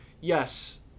yes